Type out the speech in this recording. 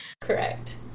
correct